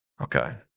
Okay